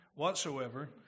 whatsoever